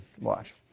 Watch